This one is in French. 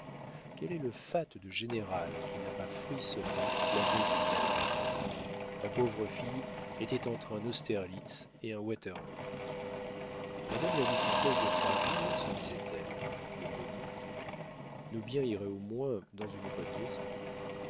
quel est le fat de général qui n'a pas frissonné la veille d'une bataille la pauvre fille était entre un austerlitz et un waterloo madame la vicomtesse de troisville se disait-elle le beau nom nos biens iraient au moins dans une bonne maison